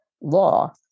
law